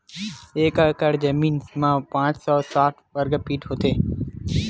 एक एकड़ जमीन मा पांच सौ साठ वर्ग फीट होथे